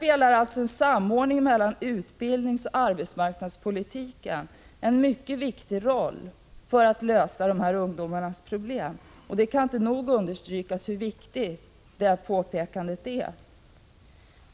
En samordning mellan utbildningsoch arbetsmarknadspolitiken spelar här en mycket stor roll för att lösa dessa ungdomars problem. Det kan inte nog understrykas hur viktig den samordningen är.